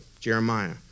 Jeremiah